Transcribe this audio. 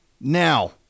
Now